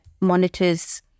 monitors